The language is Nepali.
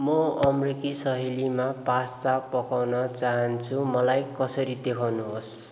म अमेरिकी शैलीमा पास्ता पकाउन चाहन्छु मलाई कसरी देखाउनुहोस्